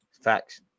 Facts